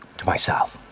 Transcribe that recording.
to myself.